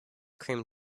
cream